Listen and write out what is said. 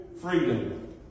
freedom